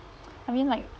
I mean like